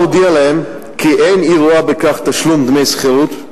הודיעה להם כי אינה רואה בכך תשלום דמי שכירות,